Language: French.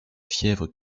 fièvre